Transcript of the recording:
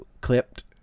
clipped